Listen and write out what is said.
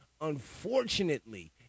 Unfortunately